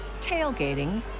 tailgating